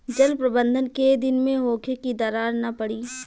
जल प्रबंधन केय दिन में होखे कि दरार न पड़ी?